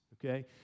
okay